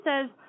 says